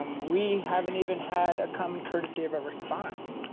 um we haven't even had a common courtesy of a response.